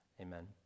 Amen